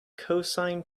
cosine